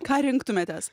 ką rinktumėtės